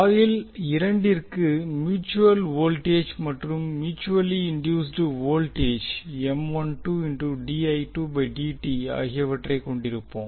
coil இரண்டிற்கு mutual voltage மற்றும் mutually induced voltage ஆகியவற்றைக் கொண்டிருப்போம்